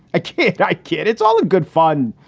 i can't. i can't. it's all in good fun.